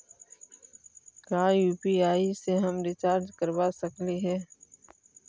का यु.पी.आई से हम रिचार्ज करवा सकली हे?